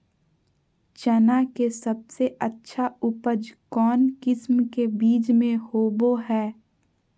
चना के सबसे अच्छा उपज कौन किस्म के बीच में होबो हय?